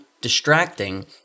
distracting